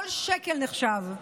כל שקל נחשב.